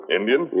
Indian